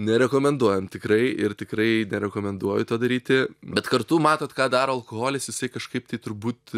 nerekomenduojam tikrai ir tikrai nerekomenduoju to daryti bet kartu matot ką daro alkoholis jisai kažkaip tai turbūt